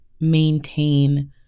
maintain